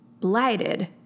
Blighted